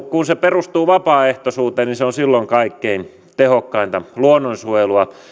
kun luonnonsuojelu perustuu vapaaehtoisuuteen se on silloin kaikkein tehokkainta luonnonsuojelua